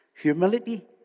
Humility